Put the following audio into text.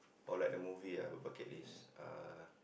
or like the movie ah bu~ bucket list